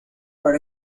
para